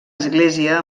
església